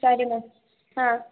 ಸರಿ ಮ್ಯಾಮ್ ಹಾಂ